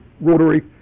Rotary